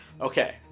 Okay